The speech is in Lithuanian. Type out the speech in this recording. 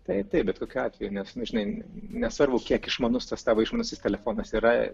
taip taip bet kokiu atveju nes nu žinai nesvarbu kiek išmanus tas tavo išmanusis telefonas yra